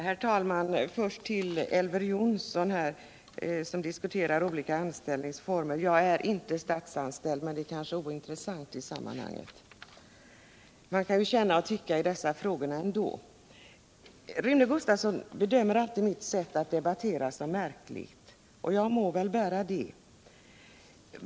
Herr talman! Först till Elver Jonsson, som diskuterar olika anställningsformer: Jag är inte statsanställd, men det kanske är ointressant i sammanhanget. Man kan ju känna och tycka i dessa frågor ändå. Rune Gustavsson bedömer alltid mitt sätt att debattera som märkligt. Jag må väl bära det.